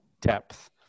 depth